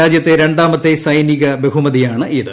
രാജ്യത്തെ രണ്ടാമത്തെ സൈനിക ബഹുമതിയാണിത്